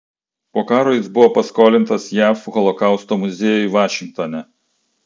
po karo jis buvo paskolintas jav holokausto muziejui vašingtone